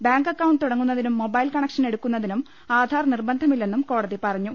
bank account തുടങ്ങുന്നതിനും mobile connection എടുക്കുന്നതിനും ആധാർ നിർബന്ധമില്ലെന്നും കോടതി പറഞ്ഞു